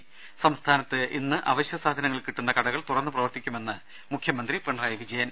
ത സംസ്ഥാനത്ത് ഇന്ന് അവശ്യ സാധനങ്ങൾ കിട്ടുന്ന കടകൾ തുറന്ന് പ്രവർത്തിക്കുമെന്ന് മുഖ്യമന്ത്രി പിണറായി വിജയൻ